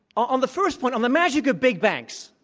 on the first one, on the magic of big banks,